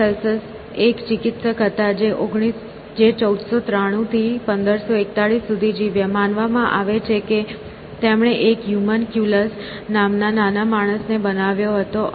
Paracelsus એક ચિકિત્સક હતા જે 1493 થી 1541 સુધી જીવ્યા માનવામાં આવે છે કે તેમણે એક હ્યુમનક્યુલસ નામના નાના માણસને બનાવ્યો હતો